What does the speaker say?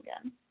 again